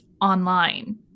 online